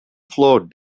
flowed